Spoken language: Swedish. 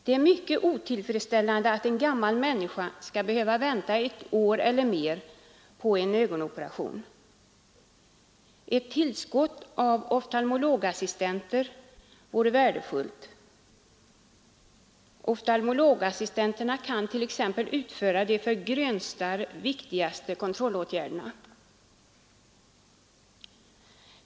Det är mycket otillfredsställande att en gammal människa skall behöva vänta ett år eller mer på en ögonoperation. Ett tillskott av oftalmologassistenter vore värdefullt. Oftalmologassistenter kan t.ex. utföra de för grönstarr viktigaste kontrollåtgärderna.